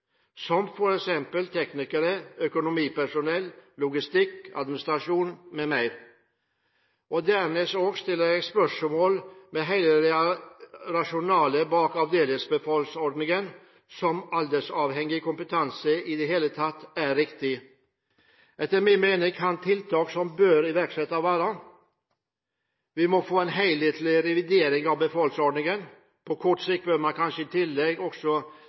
teknikere, økonomipersonell, logistikk, administrasjon m.m. Dernest stiller jeg spørsmål ved det rasjonelle bak avdelingsbefalsordningen – om aldersavhengig kompetanse i det hele tatt er riktig. Etter min mening kan tiltak som bør iverksettes, være: Vi må få en helhetlig revidering av befalsordningen. På kort sikt bør man kanskje i tillegg også